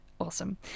Awesome